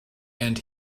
and